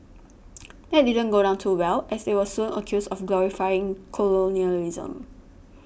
that didn't go down too well as they were soon accused of glorifying colonialism